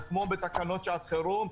כמו בתקנות שעת חירום,